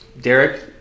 Derek